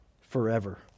forever